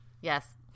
Yes